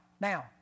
Now